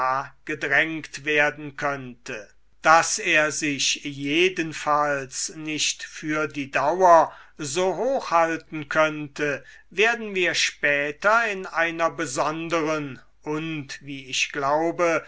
gedrängt werden könnte daß er sich jedenfalls nicht für die dauer so hoch halten könnte werden wir später in einer besonderen und wie ich glaube